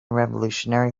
revolutionary